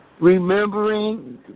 remembering